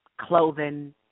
clothing